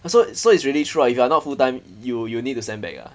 !huh! so so it's really true ah if you're not full time you you need to send back ah